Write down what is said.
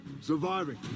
Surviving